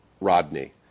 Rodney